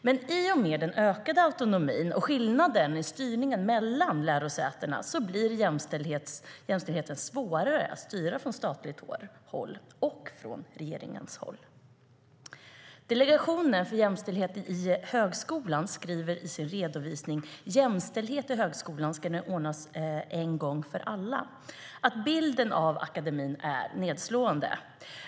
Men i och med den ökade autonomin och skillnaden i styrning mellan lärosätena blir jämställdheten svårare att styra från statligt håll och från regeringens håll. i högskolan - ska den nu ordnas en gång för alla? att bilden av akademin är nedslående.